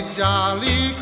jolly